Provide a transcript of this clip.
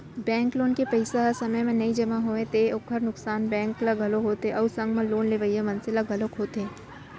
bank loan के पइसा ह समे म नइ जमा होवय तेखर ओखर नुकसान बेंक ल घलोक होथे अउ संग म लोन लेवइया मनसे ल घलोक होथे